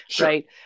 right